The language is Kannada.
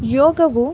ಯೋಗವು